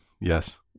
Yes